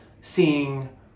seeing